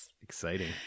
Exciting